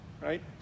Right